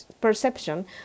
perception